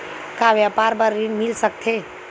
का व्यापार बर ऋण मिल सकथे?